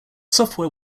software